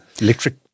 Electric